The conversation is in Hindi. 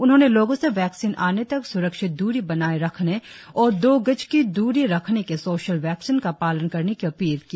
उन्होंने लोगों से वैक्सीन आने तक स्रक्षित द्री बनाए रखने और दो गज की द्री रखने के सोशल वैक्सीन का पालन करने की अपील की